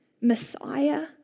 Messiah